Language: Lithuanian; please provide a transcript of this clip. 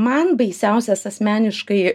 man baisiausias asmeniškai